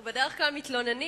אנחנו בדרך כלל מתלוננים,